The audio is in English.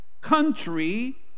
country